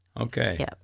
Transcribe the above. Okay